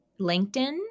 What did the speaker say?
LinkedIn